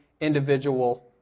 individual